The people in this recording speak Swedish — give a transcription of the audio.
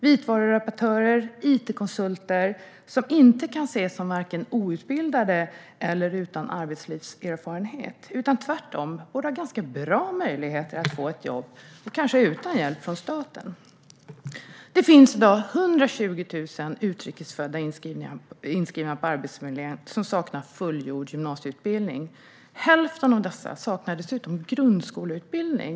Vitvarureparatörer och it-konsulter kan inte ses som vare sig outbildade eller utan arbetslivserfarenhet. Tvärtom borde de ha en ganska bra möjligheter att få jobb också utan hjälp från staten. Det finns i dag 120 000 utrikesfödda inskrivna på Arbetsförmedlingen som saknar fullgjord gymnasieutbildning. Hälften av dem saknar dessutom grundskoleutbildning.